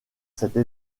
cette